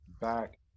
back